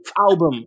album